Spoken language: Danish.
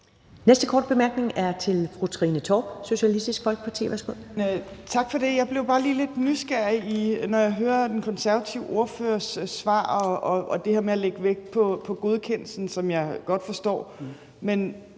næste korte bemærkning er til fru Trine Torp, Socialistisk Folkeparti. Værsgo. Kl. 10:53 Trine Torp (SF): Tak for det. Jeg bliver bare lige lidt nysgerrig, når jeg hører den konservative ordførers svar i forhold til det her med at lægge vægt på godkendelsen, som jeg godt forstår.